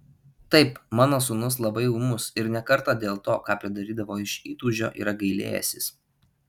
taip mano sūnus labai ūmus ir ne kartą dėl to ką pridarydavo iš įtūžio yra gailėjęsis